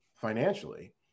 financially